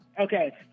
Okay